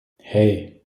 hei